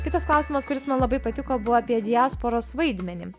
kitas klausimas kuris man labai patiko buvo apie diasporos vaidmenį